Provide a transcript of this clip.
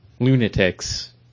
lunatics